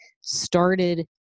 started